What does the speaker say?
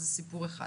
זה סיפור אחד,